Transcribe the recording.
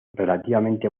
relativamente